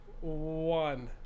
One